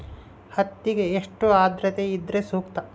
ಹತ್ತಿಗೆ ಎಷ್ಟು ಆದ್ರತೆ ಇದ್ರೆ ಸೂಕ್ತ?